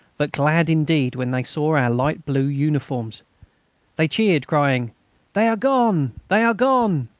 but glad indeed when they saw our light-blue uniforms they cheered, crying they are gone. they are gone!